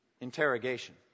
interrogation